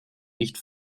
nicht